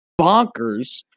bonkers